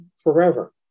forever